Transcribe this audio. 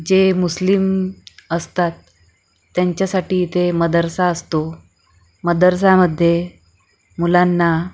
जे मुस्लिम असतात त्यांच्यासाठी इथे मदरसा असतो मदरझामध्ये मुलांना